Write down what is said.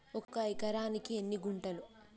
ఒక ఎకరానికి ఎన్ని గుంటలు?